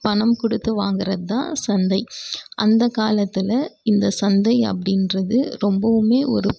பணம் கொடுத்து வாங்கறதுதான் சந்தை அந்தக் காலத்தில் இந்தச் சந்தை அப்படின்றது ரொம்பவுமே ஒரு